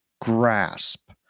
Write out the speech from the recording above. grasp